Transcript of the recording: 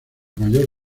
mayor